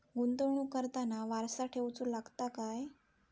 गुंतवणूक करताना वारसा ठेवचो लागता काय?